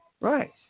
Right